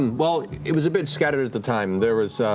well, it was a bit scattered at the time. there were so